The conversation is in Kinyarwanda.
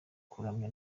kuramya